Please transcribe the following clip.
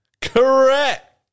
Correct